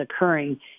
occurring